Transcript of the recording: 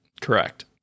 Correct